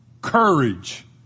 courage